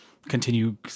Continue